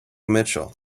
mitchell